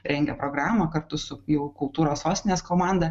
rengia programą kartu su jau kultūros sostinės komanda